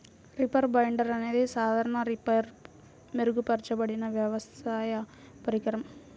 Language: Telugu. రీపర్ బైండర్ అనేది సాధారణ రీపర్పై మెరుగుపరచబడిన వ్యవసాయ పరికరం